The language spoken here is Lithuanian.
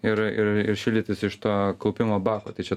ir ir ir šildytis iš to kaupimo bako tai čia